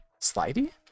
slidey